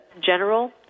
general